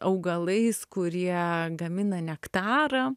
augalais kurie gamina nektarą